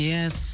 Yes